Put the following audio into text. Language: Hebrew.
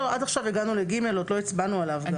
לא עד עכשיו הגענו ל-(ג) ועוד לא הצבענו עליו.